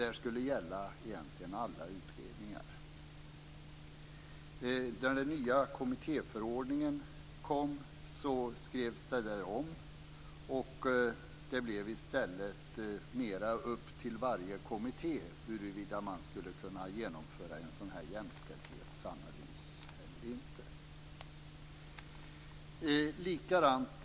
Det skulle egentligen gälla alla utredningar. Då den nya kommittéförordningen kom skrevs detta om, och det blev i stället mer upp till varje kommitté huruvida man skulle kunna genomföra en jämställdhetsanalys eller inte.